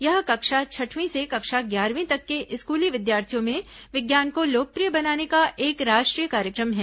यह कक्षा छठवीं से कक्षा ग्यारहवीं तक के स्कूली विद्यार्थियों में विज्ञान को लोकप्रिय बनाने का एक राष्ट्रीय कार्यक्रम है